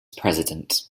president